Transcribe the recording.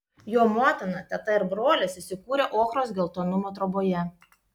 jo motina teta ir brolis įsikūrę ochros geltonumo troboje